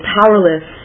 powerless